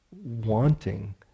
wanting